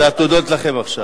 זה התודות לכם עכשיו.